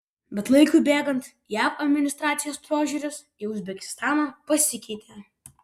bet laikui bėgant jav administracijos požiūris į uzbekistaną pasikeitė